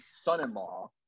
son-in-law